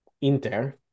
Inter